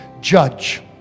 Judge